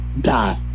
die